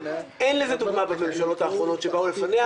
אין לזה דוגמה בממשלות האחרונות שהיו לפניה.